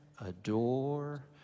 adore